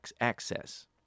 access